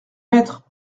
maîtres